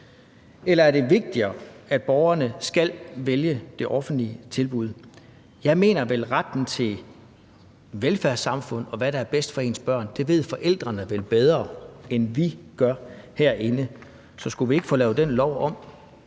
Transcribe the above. Eller er det vigtigere, at borgerne skal vælge det offentlige tilbud? Jeg mener, at med retten til et velfærdssamfund følger retten til at vide, hvad der er bedst for ens børn, vel også forældrene. Det ved forældrene vel bedre, end vi herinde gør. Så skulle vi ikke få lavet den lov om?